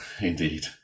indeed